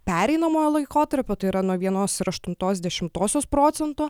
pereinamojo laikotarpio tai yra nuo aštuntos dešimtosios procento